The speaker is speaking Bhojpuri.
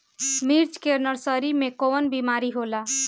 मिर्च के नर्सरी मे कवन बीमारी होला?